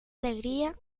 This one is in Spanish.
alegría